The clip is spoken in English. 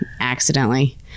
Accidentally